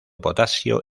potasio